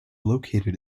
located